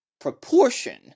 proportion